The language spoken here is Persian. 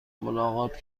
ملاقات